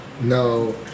No